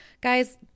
guys